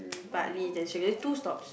Bartley there's only two stops